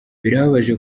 birababaje